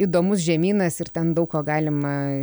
įdomus žemynas ir ten daug ko galima